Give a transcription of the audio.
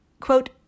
quote